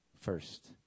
first